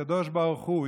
מהקדוש ברוך הוא,